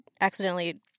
accidentally